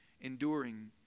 enduring